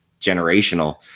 generational